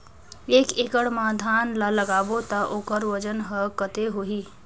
एक एकड़ मा धान ला लगाबो ता ओकर वजन हर कते होही?